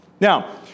Now